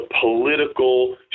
political